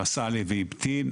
ראסלן ואיבטין,